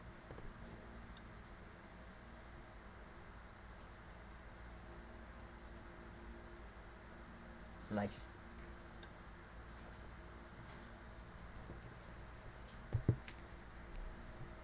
nice